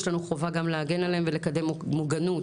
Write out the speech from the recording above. יש לנו חובה גם להגן עליהם ולקדם מוגנות.